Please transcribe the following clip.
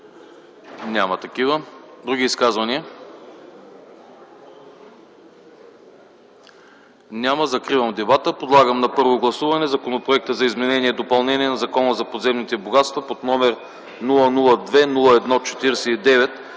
Няма такива. Други изказвания? Няма. Закривам дебата. Подлагам на първо гласуване Законопроекта за изменение и допълнение на Закона за подземните богатства под № 002-01-49,